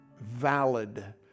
valid